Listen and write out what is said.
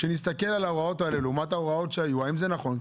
כדי שנסתכל עליהן לעומת ההוראות שהיו ונחליט האם זה נכון.